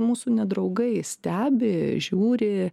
mūsų nedraugai stebi žiūri